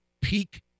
peak